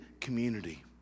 community